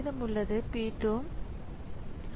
மீதமுள்ள நேரம் 2